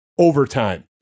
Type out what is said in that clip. overtime